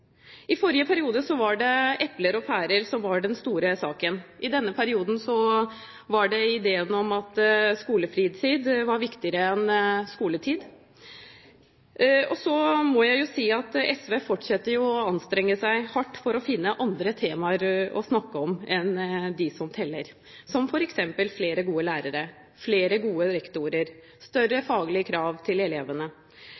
I forrige periode var det epler og pærer som var den store saken. I denne perioden er det ideen om at skolefritid er viktigere enn skoletid. Og jeg må si at SV fortsetter å anstrenge seg hardt for å finne andre temaer å snakke om enn dem som teller, som f.eks. flere gode lærere, flere gode rektorer